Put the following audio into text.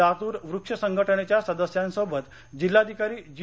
लातूर वृक्ष संघटनेच्या सदस्यांसोबत जिल्हाधिकारी जी